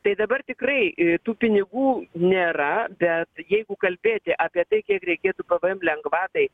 tai dabar tikrai tų pinigų nėra bet jeigu kalbėti apie tai kiek reikėtų pvm lengvatai